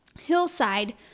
hillside